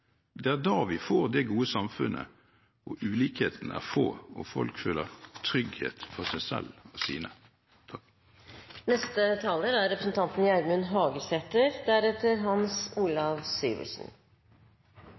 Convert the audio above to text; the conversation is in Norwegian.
det gode samfunnet hvor ulikhetene er få og folk føler trygghet for seg selv og sine. Noreg er